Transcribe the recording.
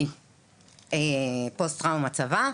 היא פוסט טראומה צבא,